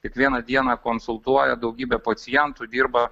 kiekvieną dieną konsultuoja daugybę pacientų dirba